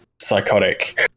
psychotic